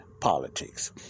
politics